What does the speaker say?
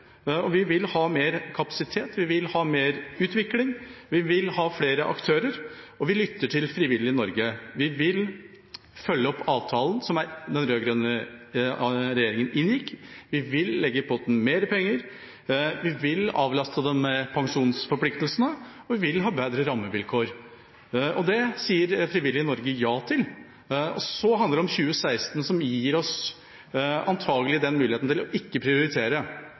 og vi vil ha mer kapasitet, vi vil ha mer utvikling, vi vil ha flere aktører, og vi lytter til det frivillige Norge: Vi vil følge opp avtalen som den rød-grønne regjeringa inngikk, vi vil legge mer penger i potten, vi vil avlaste dem med pensjonsforpliktelsene, og vi vil ha bedre rammevilkår. Det sier det frivillige Norge ja til. Så handler det om 2016, som antakelig ikke gir oss den muligheten til å prioritere